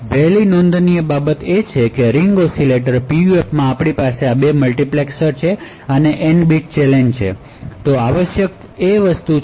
પહેલી નોંધનીય બાબત એ છે કે રીંગ ઓસિલેટર PUFમાં આપણી પાસે આ 2 મલ્ટિપ્લેક્સર્સ છે અને N બીટ ચેલેન્જ છે